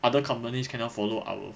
other companies cannot follow our